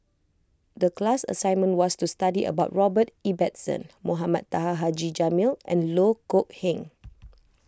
the class assignment was to study about Robert Ibbetson Mohamed Taha Haji Jamil and Loh Kok Heng